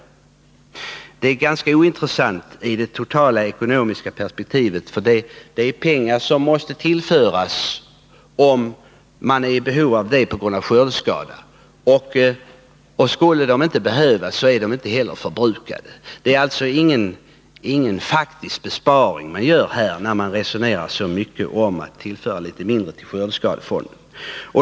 Detta är ganska ointressant i det totala ekonomiska perspektivet, för det är pengar som måste tillföras den som är i behov av dem på grund av skördeskada. Skulle pengarna inte behövas, är de inte heller förbrukade. Man gör alltså ingen faktisk besparing — som det resoneras så mycket om — om man tillför litet mindre till skördeskadefonden.